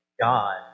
God